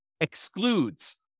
excludes